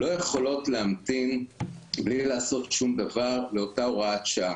לא יכולות להמתין בלי לעשות שום דבר לאותה הוראת שעה.